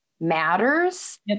matters